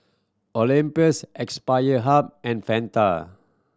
Olympus Aspire Hub and Fanta